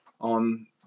on